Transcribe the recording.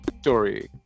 story